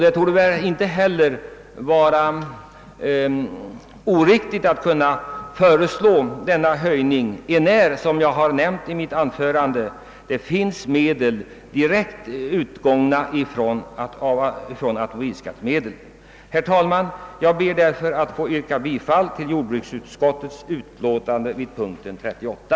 Det torde inte heller vara oriktigt att föreslå denna höjning, enär, såsom jag redan nämnt, automobilskattemedel finns att tillgå. Herr talman! Jag ber härmed att få yrka bifall till jordbruksutskottets hemställan vid punkten 38.